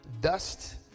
dust